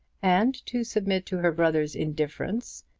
and to submit to her brother's indifference,